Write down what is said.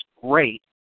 great